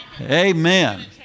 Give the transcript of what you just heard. Amen